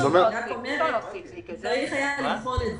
יכול להיות --- אני רק אומרת שצריך היה לבחון את זה.